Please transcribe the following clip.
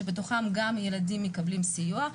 שבתוכם גם ילדים שמקבלים סיוע.